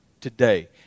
today